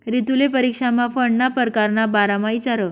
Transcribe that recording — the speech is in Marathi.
रितुले परीक्षामा फंडना परकार ना बारामा इचारं